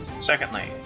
Secondly